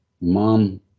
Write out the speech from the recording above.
mom